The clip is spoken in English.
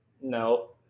No